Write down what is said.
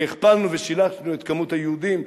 והכפלנו ושילשנו את מספר היהודים,